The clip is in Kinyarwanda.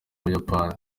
buyapani